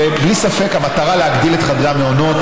בלי ספק המטרה היא להגדיל את חדרי המעונות.